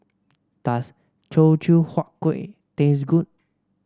does Teochew Huat Kueh taste good